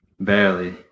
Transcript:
barely